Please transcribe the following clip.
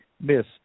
miss